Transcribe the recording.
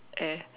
air